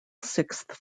sixth